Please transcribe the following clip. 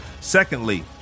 Secondly